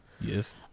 Yes